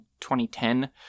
2010